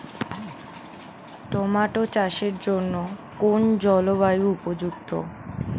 Tomato চাষের জন্য কোন জলবায়ু উপযুক্ত?